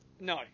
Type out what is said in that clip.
No